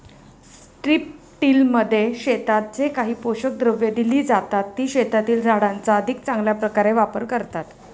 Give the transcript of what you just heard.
स्ट्रिपटिलमध्ये शेतात जे काही पोषक द्रव्ये दिली जातात, ती शेतातील झाडांचा अधिक चांगल्या प्रकारे वापर करतात